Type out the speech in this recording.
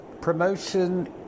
Promotion